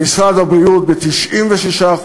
במשרד הבריאות, ב-96%,